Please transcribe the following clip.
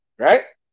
Right